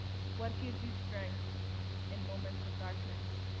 what gives you strength in moments of darkness?